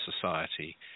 Society